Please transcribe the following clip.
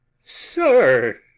sir